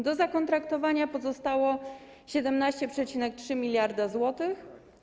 Do zakontraktowania pozostało 17,3 mld zł.